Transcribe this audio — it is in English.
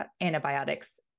antibiotics